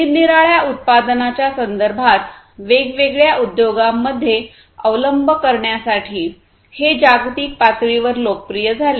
निरनिराळ्या उत्पादनाच्या संदर्भात वेगवेगळ्या उद्योगांमध्ये अवलंब करण्यासाठी हे जागतिक पातळीवर लोकप्रिय झाले